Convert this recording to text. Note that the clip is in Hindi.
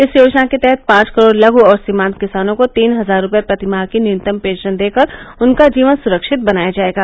इस योजना के तहत पांच करोड़ लघु और सीमान्त किसानों को तीन हजार रूपये प्रतिमाह की न्यूनतम पेंशन देकर उनका जीवन सुरक्षित बनाया जायेगा